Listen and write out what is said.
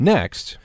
Next